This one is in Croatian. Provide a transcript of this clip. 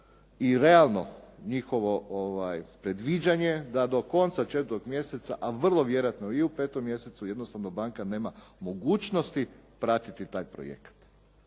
i realno njihovo predviđanje da do konca 4. mjeseca, a vrlo vjerovatno i u 5. mjesecu jednostavno banka nema mogućnosti pratiti taj projekat.